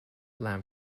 lamp